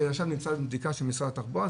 שעכשיו נמצא בבדיקה של משרד התחבורה,